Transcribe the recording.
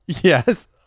Yes